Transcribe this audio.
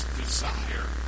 desire